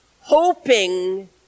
hoping